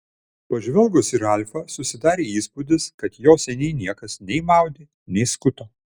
pažvelgus į ralfą susidarė įspūdis kad jo seniai niekas nei maudė nei skuto